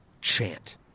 chant